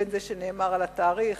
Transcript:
וזה שדובר על התאריך,